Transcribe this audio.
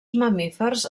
mamífers